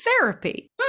therapy